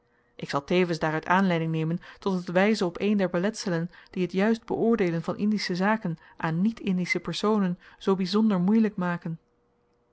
ik zal tevens daaruit aanleiding nemen tot het wyzen op een der beletselen die t juist beoordeelen van indische zaken aan niet indische personen zoo byzonder moeielyk maken